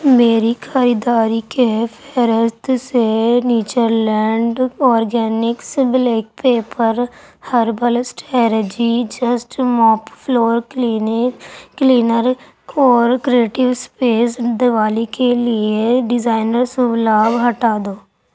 میری خریداری کے فہرست سے nature land organics black pepper herbal strategy just mop floor clean cleaner اور کریئٹو سپیس دوالی کے لیے ڈزائنر شبھ لابھ ہٹا دو